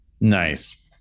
nice